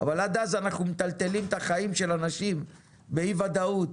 אבל עד אז אנחנו מטלטלים את החיים של אנשים באי ודאות,